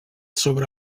sobre